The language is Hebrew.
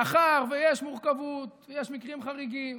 מאחר שיש מורכבות ויש מקרים חריגים,